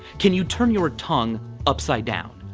can you turn your tongue upside down?